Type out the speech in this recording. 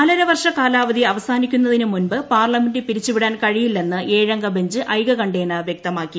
നാലര വർഷ കാലാവധി അവസാനിക്കുന്നതിന് മുമ്പ് പാർലമെന്റ് പിരിച്ചുവിടാൻ കഴിയില്ലെന്ന് ഏഴംഗ ബെഞ്ച് ഐകക്ണ്ഠേന വൃക്തമാക്കി